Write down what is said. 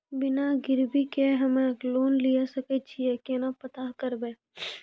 बिना गिरवी के हम्मय लोन लिये सके छियै केना पता करबै?